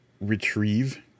retrieve